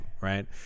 Right